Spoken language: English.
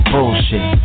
Bullshit